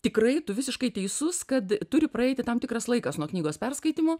tikrai tu visiškai teisus kad turi praeiti tam tikras laikas nuo knygos perskaitymo